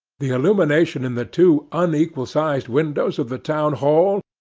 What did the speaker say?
the illumination in the two unequal-sized windows of the town-hall,